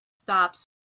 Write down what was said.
stops